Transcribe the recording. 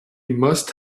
must